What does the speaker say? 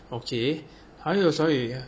okay 还有所以